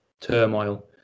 turmoil